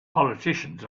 politicians